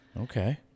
okay